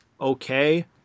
okay